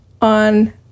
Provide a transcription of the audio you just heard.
on